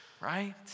right